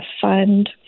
fund